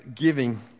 giving